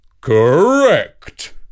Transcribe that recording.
Correct